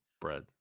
bread